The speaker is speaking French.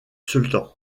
sultan